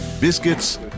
biscuits